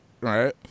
Right